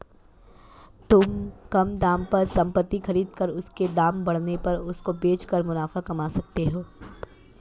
तुम कम दाम पर संपत्ति खरीद कर उसके दाम बढ़ने पर उसको बेच कर मुनाफा कमा सकते हो